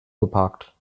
geparkt